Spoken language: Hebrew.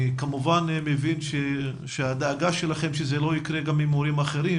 אני מבין שהדאגה שלכם היא שזה לא יקרה להורים אחרים